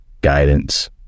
guidance